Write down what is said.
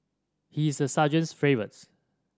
he is the sergeant's favourites